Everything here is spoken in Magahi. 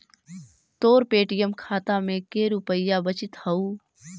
तोर पे.टी.एम खाता में के रुपाइया बचित हउ